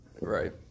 Right